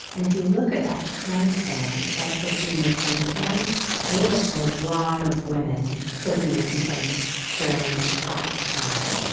and if you look at that time span that fifteen year time span there are a lot of women who have made complaints during that time.